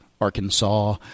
Arkansas